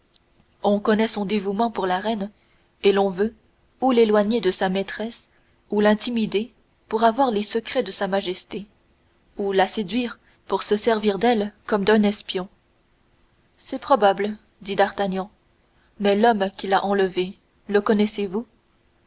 on connaît son dévouement pour la reine et l'on veut ou l'éloigner de sa maîtresse ou l'intimider pour avoir les secrets de sa majesté ou la séduire pour se servir d'elle comme d'un espion c'est probable dit d'artagnan mais l'homme qui l'a enlevée le connaissez-vous